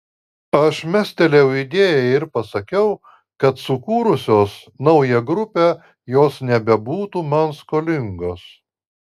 aš mestelėjau idėją ir pasakiau kad sukūrusios naują grupę jos nebebūtų man skolingos